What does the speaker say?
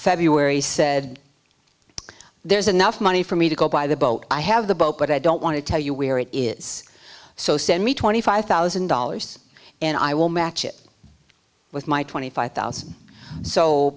february said there's enough money for me to go buy the boat i have the boat but i don't want to tell you where it is so send me twenty five thousand dollars and i will match it with my twenty five thousand so